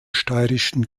steirischen